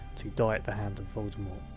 to die at the hand of voldemort.